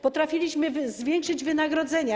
Potrafiliśmy zwiększyć wynagrodzenia.